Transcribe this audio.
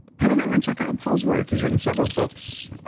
head on over and check out paul's work he's written several books.